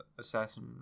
Assassin